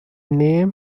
name